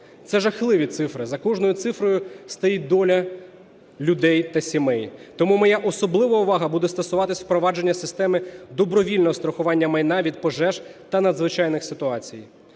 Це жахливі цифри, за кожною цифрою стоїть доля людей та сімей. Тому моя особлива увага буде стосуватись впровадження системи добровільного страхування майна від пожеж та надзвичайних ситуацій.